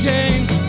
James